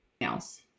Else